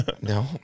No